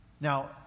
Now